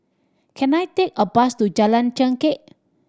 can I take a bus to Jalan Chengkek